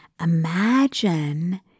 imagine